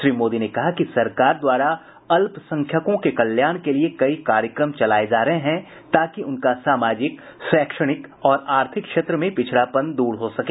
श्री मोदी ने कहा कि सरकार द्वारा अल्पसंख्यकों के कल्याण के लिए कई कार्यक्रम चलाये जा रहे हैं ताकि उनका सामाजिक शैक्षणिक और आर्थिक क्षेत्र में पिछड़ापन द्रर हो सके